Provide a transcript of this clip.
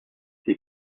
ces